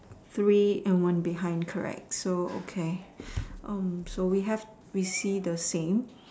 three and one behind correct so okay so we have we see the same